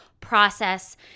process